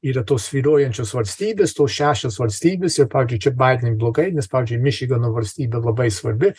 yra tos svyruojančios valstybės tos šešios valstybės ir pakeičia baideną blogai nes pavyzdžiui mičigano valstybė labai svarbi